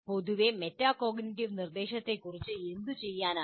പൊതുവേ മെറ്റാകോഗ്നിറ്റീവ് നിർദ്ദേശത്തെക്കുറിച്ച് എന്തുചെയ്യാനാകും